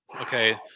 Okay